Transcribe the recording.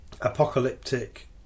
apocalyptic